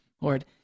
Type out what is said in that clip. Lord